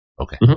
Okay